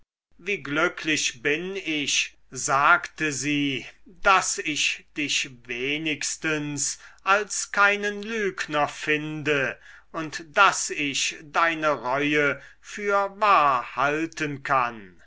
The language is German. wie glücklich bin ich sagte sie daß ich dich wenigstens als keinen lügner finde und daß ich deine reue für wahr halten kann